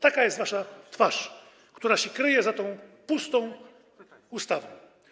Taka jest wasza twarz, która się kryje za tą pustą ustawą.